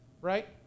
right